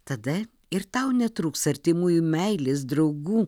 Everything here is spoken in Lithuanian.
tada ir tau netrūks artimųjų meilės draugų